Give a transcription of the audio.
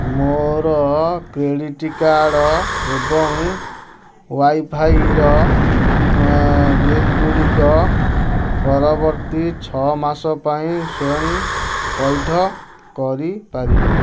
ମୋର credit card ଏବଂ ୱାଇଫାଇର ବିଲଗୁଡ଼ିକ ପରବର୍ତ୍ତୀ ଛଅ ମାସ ପାଇଁ ସ୍ଵୟଂ ପଇଠ କରିପାରିବ